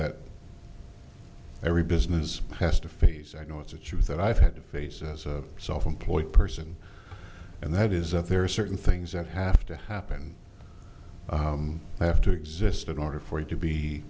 that every business has to face i know it's a truth that i've had to face as a self employed person and that is that there are certain things that have to happen and they have to exist in order for you to be